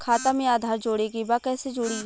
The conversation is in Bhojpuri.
खाता में आधार जोड़े के बा कैसे जुड़ी?